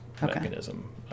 mechanism